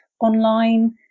online